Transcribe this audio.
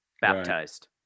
baptized